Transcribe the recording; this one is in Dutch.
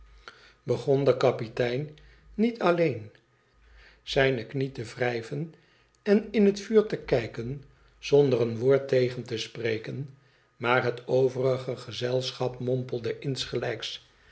begon de kapitein niet alleen zijne te wrijven en in het vuur te kijken zonder een woord tegen te spreken maar het overige gezelschap mompelde insgelijks